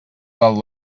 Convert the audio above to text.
del